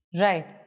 Right